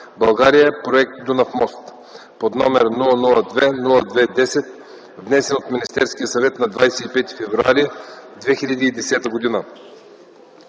„България – проект Дунав мост”, № 002-02-10, внесен от Министерския съвет на 25 февруари 2010 г.”